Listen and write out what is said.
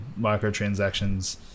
microtransactions